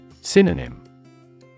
Synonym